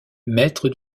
maître